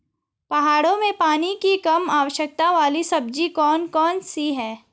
पहाड़ों में पानी की कम आवश्यकता वाली सब्जी कौन कौन सी हैं?